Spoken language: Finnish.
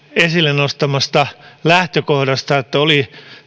esille nostamasta lähtökohdasta että oli